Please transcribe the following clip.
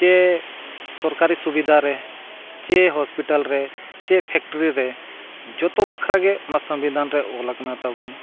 ᱥᱮ ᱥᱚᱨᱠᱟᱨᱤ ᱥᱩᱵᱤᱫᱷᱟ ᱨᱮ ᱥᱮ ᱦᱚᱥᱯᱤᱴᱟᱞ ᱨᱮ ᱪᱮ ᱯᱷᱮᱠᱴᱨᱤ ᱨᱮ ᱡᱷᱚᱛᱚ ᱵᱟᱠᱷᱨᱟ ᱜᱮ ᱚᱱᱟ ᱥᱚᱝᱵᱤᱫᱷᱟᱱ ᱨᱮ ᱚᱞ ᱟᱠᱟᱱᱟ ᱛᱟᱵᱚᱱ